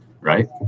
right